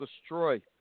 destroy